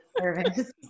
service